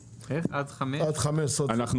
מי שעד חמש סוציו אקונומי ישלם 600 אלף.